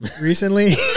recently